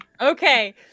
Okay